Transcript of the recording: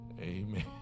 Amen